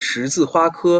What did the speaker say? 十字花科